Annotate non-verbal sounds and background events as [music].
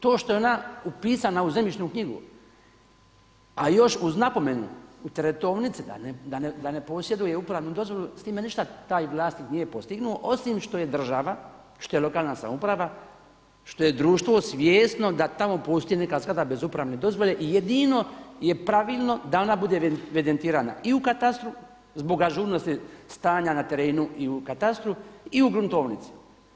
To što je ona upisana u zemljišnu knjigu a još u napomenu u … [unintelligible] da ne posjeduje upravnu dozvolu s time ništa taj vlasnik nije postignuo, osim što je država, što je lokalna samouprava, što je društvo svjesno da tamo postoji neka zgrada bez upravne dozvole i jedino j pravilno da ona bude evidentirana i u katastru zbog ažurnosti stanja na terenu i u katastru i u gruntovnici.